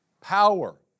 power